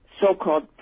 so-called